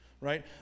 right